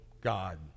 God